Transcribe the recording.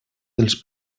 dels